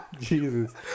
Jesus